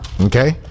Okay